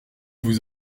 vous